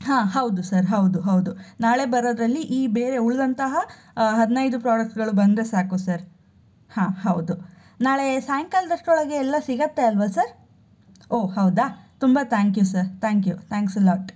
ಹಾಂ ಹೌದು ಸರ್ ಹೌದು ಹೌದು ನಾಳೆ ಬರೋದ್ರಲ್ಲಿ ಈ ಬೇರೆ ಉಳಿದಂತಹ ಹದಿನೈದು ಪ್ರಾಡಕ್ಟ್ಸ್ಗಳು ಬಂದರೆ ಸಾಕು ಸರ್ ಹಾಂ ಹೌದು ನಾಳೆ ಸಾಯಂಕಾಲದಷ್ಟ್ರೊಳಗೆ ಎಲ್ಲ ಸಿಗುತ್ತೆ ಅಲ್ವಾ ಸರ್ ಓ ಹೌದಾ ತುಂಬ thank you sir thank you thanks a lot